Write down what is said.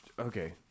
Okay